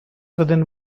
within